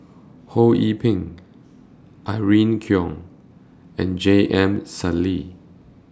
Ho Yee Ping Irene Khong and J M Sali